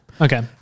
Okay